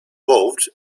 bowed